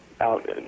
out